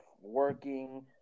working